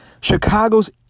Chicago's